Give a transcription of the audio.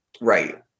Right